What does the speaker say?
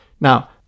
Now